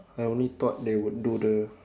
I only thought they would do the